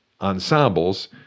ensembles